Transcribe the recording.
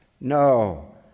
No